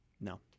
No